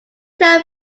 tail